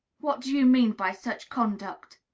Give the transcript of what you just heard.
what do you mean by such conduct?